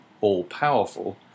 all-powerful